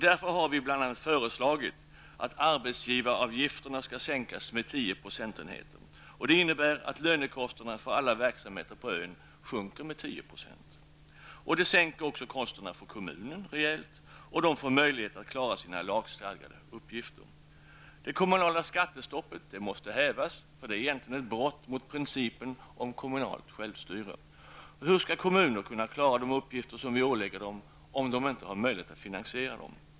Därför har vi bl.a. föreslagit att arbetsgivaravgifterna skall sänkas med 10 procentenheter. Det innebär att lönekostnaderna för alla verksamheter på ön sjunker med 10 %. Detta sänker kostnaderna för kommunerna rejält och de får möjligheter att klara sina lagstadgade uppgifter. Det kommunala skattestoppet måste hävas. Det är egentligen ett brott mot principen om kommunalt självstyre. Hur skall kommunerna kunna klara de uppgifter som vi ålägger dem, om de inte har möjlighet att finansiera dem?